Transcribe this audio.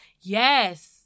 Yes